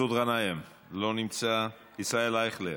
מסעוד גנאים, לא נמצא, ישראל אייכלר,